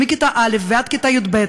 מכיתה א' ועד כיתה י"ב.